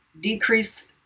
decrease